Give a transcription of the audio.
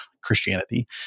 Christianity